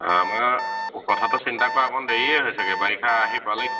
আমাৰ কথাটো চিন্তা কৰা অকণ দেৰিয়েই হৈছেগে বাৰিষা আহি পালেই